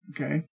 Okay